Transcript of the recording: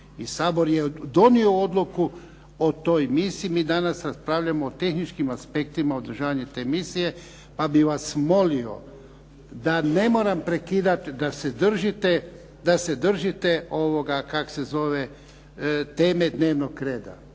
Sabor je donio odluku o toj misiji. Mi danas raspravljamo o tehničkim aspektima održavanja te misije, pa bih vas molio da ne moram prekidati, da se držite teme dnevnog reda.